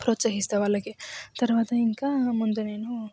ప్రోత్సహిస్తా వాళ్ళకి తరవాత ఇంకా ముందు నేను